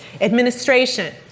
Administration